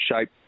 shape